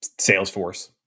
Salesforce